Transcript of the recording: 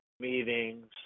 meetings